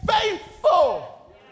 faithful